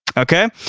okay!